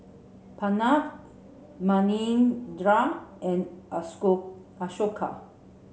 Pranav Manindra and Ashoka